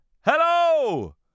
Hello